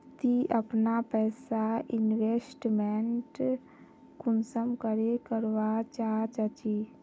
ती अपना पैसा इन्वेस्टमेंट कुंसम करे करवा चाँ चची?